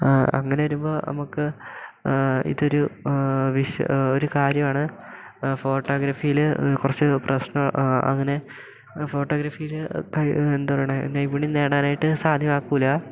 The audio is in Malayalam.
അങ്ങനെ വരുമ്പോൾ നമുക്ക് ഇതൊരു വിഷ ഒരു കാര്യമാണ് ഫോട്ടോഗ്രഫീല് കുറച്ച് പ്രശ്നം അങ്ങനെ ഫോട്ടോഗ്രഫീല് എന്താ പറയ്ണത് നൈപുണ്യം നേടാനായിട്ട് സാധ്യമാക്കില്ല